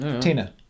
Tina